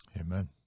Amen